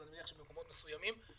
אבל נניח שבמקומות מסוימים.